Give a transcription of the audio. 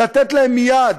לתת להם מייד.